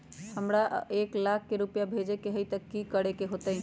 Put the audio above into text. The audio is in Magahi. अगर हमरा एक लाख से ऊपर पैसा भेजे के होतई त की करेके होतय?